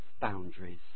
boundaries